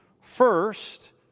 First